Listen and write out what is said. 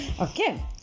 Okay